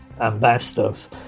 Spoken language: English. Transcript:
ambassadors